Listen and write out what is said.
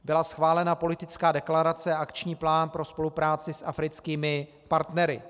Byla schválena politická deklarace Akční plán pro spolupráci s africkými partnery.